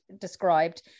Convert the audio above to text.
described